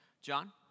John